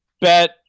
bet